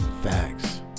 facts